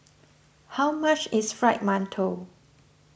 how much is Fried Mantou